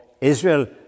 Israel